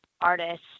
artist